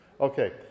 Okay